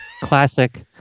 classic